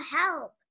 help